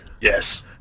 Yes